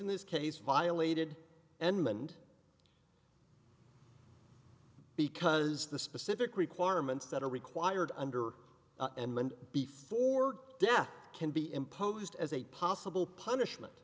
in this case violated and because the specific requirements that are required under and before death can be imposed as a possible punishment